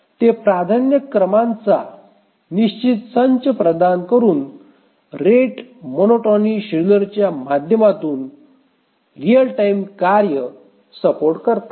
ते प्राधान्यक्रमांचा निश्चित संच प्रदान करून रेट मोनोटोनी शेड्युलरच्या माध्यमातून रीअल टाइम कार्य सपोर्ट करतात